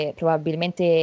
probabilmente